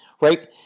right